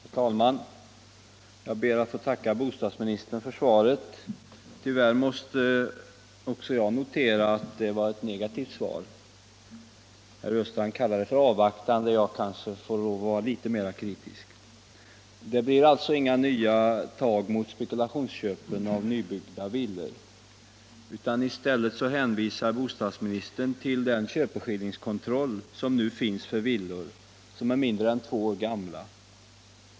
Herr talman! Jag ber att få tacka bostadsministern för svaret. Tyvärr måste också jag notera att det var ett negativt svar. Herr Östrand kallade det för avvaktande. Jag kanske får lov att vara litet mer kritisk. Det blir alltså inga nya tag mot spekulationsköpen av nybyggda villor, utan i stället hänvisar bostadsministern till den köpeskillingskontroll som nu finns för villor som är mindre än två år gamla.